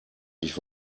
ich